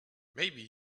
maybe